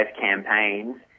campaigns